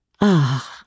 Ah